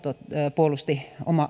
puolusti